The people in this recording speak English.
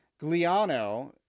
Gliano